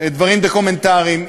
דברים דוקומנטריים,